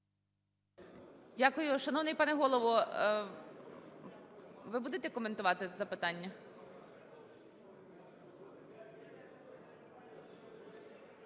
Дякую. Шановний пане голово, ви будете коментувати запитання?